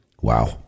Wow